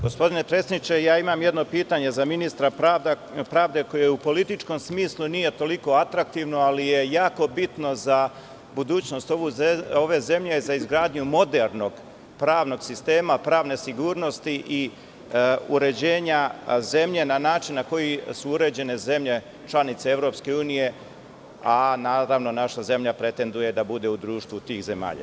Gospodine predsedniče, imam jedno pitanje za ministra pravde koje je u političkom smislu, nije toliko atraktivno, ali, je jako bitno za budućnost ove zemlje, za izgradnju modernog pravnog sistema, pravne sigurnosti i uređenja zemlje na način na koji su uređene zemlje, članice Evropske unije, a naravno naša zemlja pretenduje da bude u društvu tih zemalja.